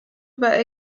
war